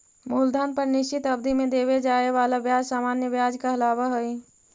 मूलधन पर निश्चित अवधि में देवे जाए वाला ब्याज सामान्य व्याज कहलावऽ हई